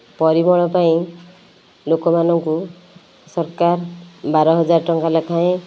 ପରିମଳ ପାଇଁ ଲୋକମାନଙ୍କୁ ସରକାର ବାର ହଜାର ଟଙ୍କା ଲେଖାଏଁ